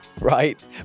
right